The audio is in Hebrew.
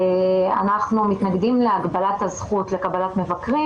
אנחנו מתנגדים להגבלת הזכות לקבלת מבקרים.